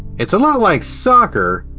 it's a lot like soccer,